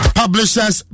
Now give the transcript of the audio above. publishers